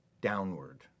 downward